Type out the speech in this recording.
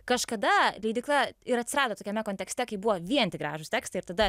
kažkada leidykla ir atsirado tokiame kontekste kai buvo vien tik gražūs tekstai ir tada